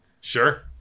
sure